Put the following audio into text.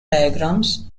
diagrams